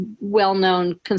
well-known